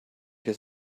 his